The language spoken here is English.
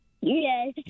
Yes